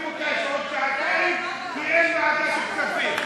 אותה בעוד שעתיים כי אין ועדת כספים.